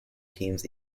teams